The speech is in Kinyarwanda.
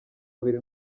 babiri